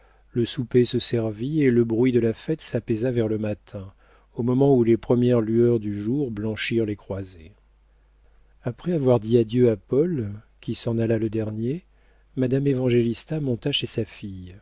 le souper se servit et le bruit de la fête s'apaisa vers le matin au moment où les premières lueurs du jour blanchirent les croisées après avoir dit adieu à paul qui s'en alla le dernier madame évangélista monta chez sa fille